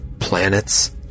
planets